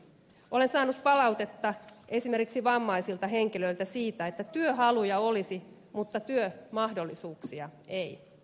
olen saanut palautetta esimerkiksi vammaisilta henkilöiltä siitä että työhaluja olisi mutta työmahdollisuuksia ei